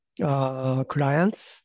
clients